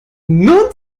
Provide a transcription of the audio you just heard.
nun